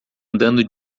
andando